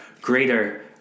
greater